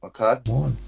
Okay